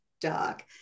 dark